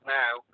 now